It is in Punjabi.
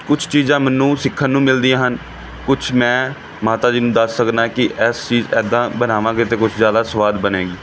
ਕੁਛ ਚੀਜ਼ਾਂ ਮੈਨੂੰ ਸਿੱਖਣ ਨੂੰ ਮਿਲਦੀਆਂ ਹਨ ਕੁਛ ਮੈਂ ਮਾਤਾ ਜੀ ਨੂੰ ਦੱਸ ਸਕਦਾ ਹੈ ਕਿ ਇਸ ਚੀਜ਼ ਇੱਦਾਂ ਬਣਾਵਾਂਗੇ ਤਾਂ ਕੁਛ ਜ਼ਿਆਦਾ ਸੁਆਦ ਬਣੇਗੀ